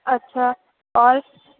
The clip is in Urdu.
اچھا اور